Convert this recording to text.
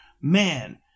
man